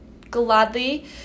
gladly